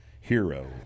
hero